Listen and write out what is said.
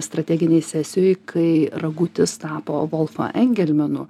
strateginėj sesijoj kai ragutis tapo volfo engelmenu